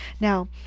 Now